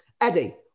Eddie